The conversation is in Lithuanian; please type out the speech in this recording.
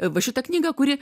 va šita knyga kuri